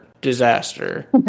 disaster